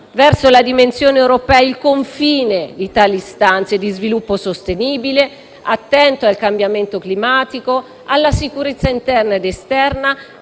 verso la dimensione europea il confine di tali istanze di sviluppo sostenibile, attento al cambiamento climatico, alla sicurezza interna ed esterna,